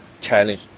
challenge